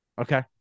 Okay